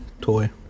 toy